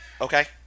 Okay